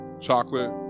chocolate